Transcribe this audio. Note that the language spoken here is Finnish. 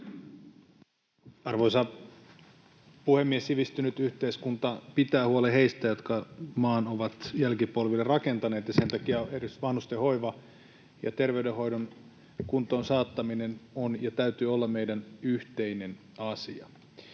Arvoisa puhemies! Sivistynyt yhteiskunta pitää huolen heistä, jotka maan ovat jälkipolville rakentaneet, ja sen takia vanhustenhoivan ja terveydenhoidon kuntoon saattaminen on ja sen täytyy olla meidän yhteinen asiamme.